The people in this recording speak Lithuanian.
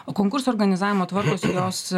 o konkursų organizavimo tvarka jos